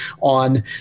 on